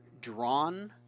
drawn